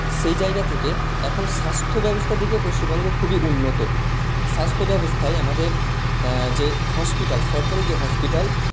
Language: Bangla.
সেই জায়গা থেকে এখন স্বাস্থ্যব্যবস্থার দিকে পশ্চিমবঙ্গ খুবই উন্নত স্বাস্থ্যব্যবস্থায় আমাদের যে হসপিটাল সরকারি যে হসপিটাল